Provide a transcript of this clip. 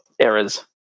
errors